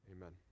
Amen